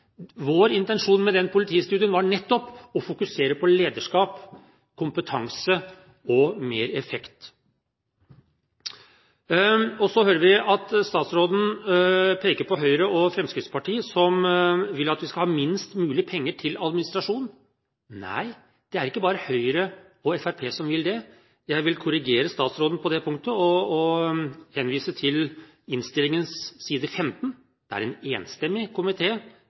Vår intensjon med den politistudien var nettopp å fokusere på lederskap, kompetanse og mer effekt. Så hører vi at statsråden peker på Høyre og Fremskrittspartiet som vil at vi skal ha minst mulig penger til administrasjon. Nei, det er ikke bare Høyre og Fremskrittspartiet som vil det. Jeg vil korrigere statsråden på det punktet og henvise til innstillingen side 15, der en enstemmig komité skriver at «minst mulig brukes til administrasjon». Det er altså en